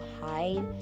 hide